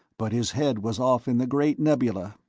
but his head was off in the great nebula.